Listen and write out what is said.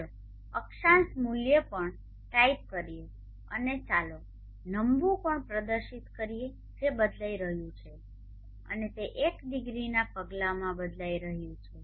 ચાલો અક્ષાંશ મૂલ્ય પણ ટાઇપ કરીએ અને ચાલો નમવું કોણ પ્રદર્શિત કરીએ જે બદલાઈ રહ્યું છે અને તે એક ડિગ્રીના પગલાઓમાં બદલાઈ રહ્યું છે